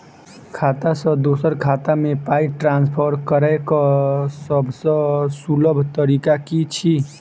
खाता सँ दोसर खाता मे पाई ट्रान्सफर करैक सभसँ सुलभ तरीका की छी?